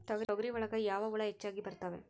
ತೊಗರಿ ಒಳಗ ಯಾವ ಹುಳ ಹೆಚ್ಚಾಗಿ ಬರ್ತವೆ?